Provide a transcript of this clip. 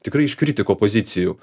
tikrai iš kritiko pozicijų